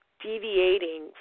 deviating